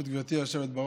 ברשות גברתי היושבת-ראש,